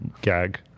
gag